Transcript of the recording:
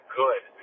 good